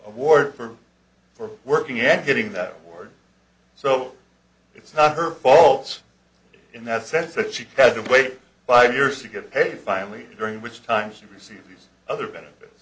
award for working at getting that award so it's not her fault in that sense that she had to wait five years to get paid finally during which time she received other benefits